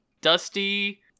Dusty